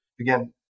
again